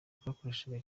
twakoreshaga